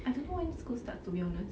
I don't know when school starts to be honest